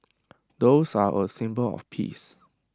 doves are A symbol of peace